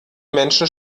menschen